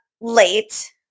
late